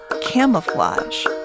camouflage